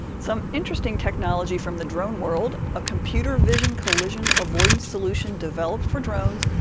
some interesting technology from the drone world. a computer vision collision avoidance solution developed for drones,